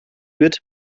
wird